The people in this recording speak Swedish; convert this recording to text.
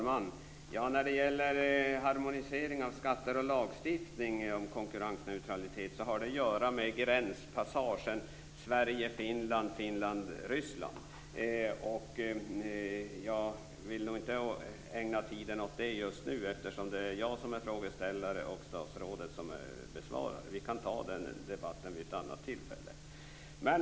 Fru talman! Harmonisering av skatter och lagstiftning om konkurrensneutralitet har att göra med gränspassagen Sverige-Finland, Finland-Ryssland. Jag vill nog inte ägna tiden åt detta just nu, eftersom det är jag som är frågeställare och statsrådet som är besvarare. Vi kan ta den debatten vid ett annat tillfälle.